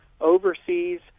overseas